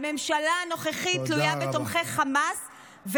הממשלה הנוכחית תלויה בתומכי חמאס,